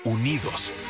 Unidos